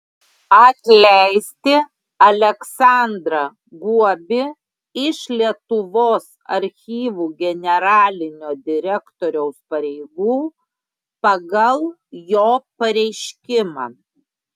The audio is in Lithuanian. atleisti aleksandrą guobį iš lietuvos archyvų generalinio direktoriaus pareigų pagal jo pareiškimą